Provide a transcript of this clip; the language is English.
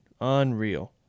unreal